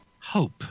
hope